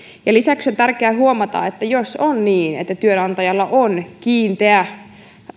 lisäksi on tärkeää huomata että jos on niin että työnantajalla on kiinteä